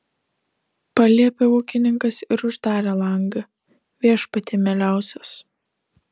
paliepė ūkininkas ir uždarė langą viešpatie mieliausias